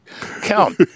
count